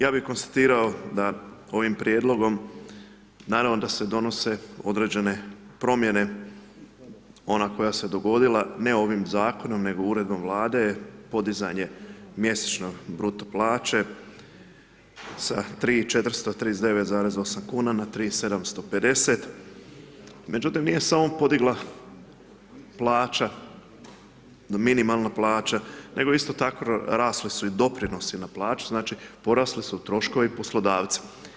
Ja bi konstatirao da ovim prijedlogom naravno da se donose određene promjene, ona koja se dogodila ne ovim zakonom nego uredbom Vlade je podizanje mjesečne bruto plaće sa 3439,08 na 3750 međutim nije samo podigla plaća, minimalna plaća nego isto tako rasli su i doprinosi na plaću, znači porasli su troškovi poslodavca.